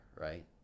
Right